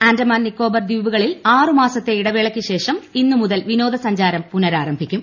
ആൻഡ്മാൻ നിക്കോബർ ദ്വീപുകളിൽ ആറ് മാസത്തെ ഇടവേളയ്ക്ക്ട് ് ശേഷം ഇന്ന് മുതൽ വിനോദസഞ്ചാരം പുനരാരംഭിക്കും